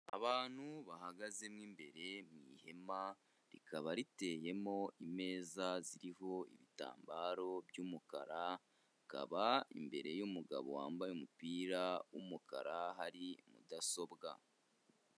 Abantu bahagaze mo imbere mu ihema, rikaba riteyemo imeza ziriho ibitambaro by'umukara, hakaba imbere y'umugabo wambaye umupira w'umukara hari mudasobwa.